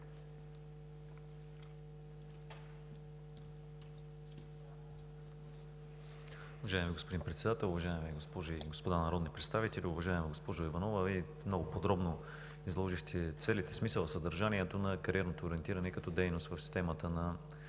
Уважаеми господин Председател, уважаеми госпожи и господа народни представители! Уважаема госпожо Иванова, Вие много подробно изложихте целите, смисъла, съдържанието на кариерното ориентиране като дейност в системата на